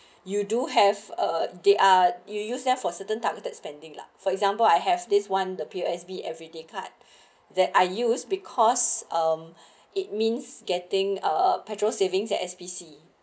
you do have uh they are you use them for certain targeted spending lah for example I have this one the P_O_S_B everyday card that I use because um it means getting a petrol savings at S_P_C